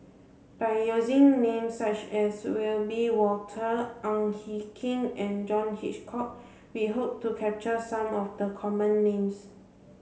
by using names such as Wiebe Wolters Ang Hin Kee and John Hitchcock we hope to capture some of the common names